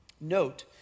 Note